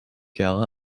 jahre